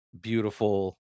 beautiful